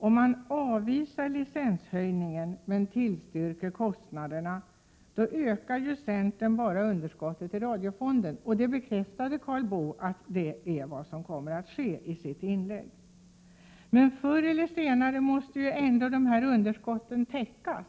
Om centern avvisar licenshöjningen men tillstyrker kostnaderna, ökar man ju bara underskottet i radiofonden. Karl Boo bekräftade i sitt inlägg att detta är vad som kommer att ske. Men förr eller senare måste ändå dessa underskott täckas.